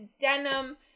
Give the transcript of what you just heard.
denim